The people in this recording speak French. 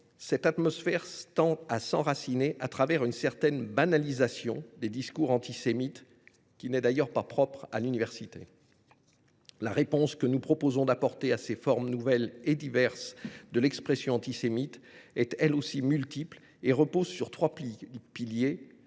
cette atmosphère tend à s’enraciner par le biais d’une certaine banalisation des discours antisémites, qui n’est d’ailleurs pas propre à l’université. La réponse que nous proposons d’apporter à ces formes nouvelles et diverses de l’expression antisémite est, elle aussi, multiple. Elle repose sur trois piliers